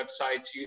websites